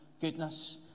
goodness